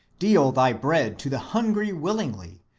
deal thy bread to the hungry willingly,